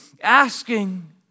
asking